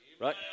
Right